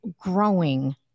growing